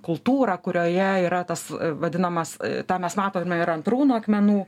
kultūrą kurioje yra tas vadinamas tą mes matome ir ant runų akmenų